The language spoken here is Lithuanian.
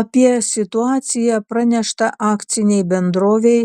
apie situaciją pranešta akcinei bendrovei